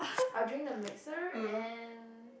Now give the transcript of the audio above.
I will drink the mixer and